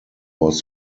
was